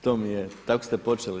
To mi je, tako ste počeli.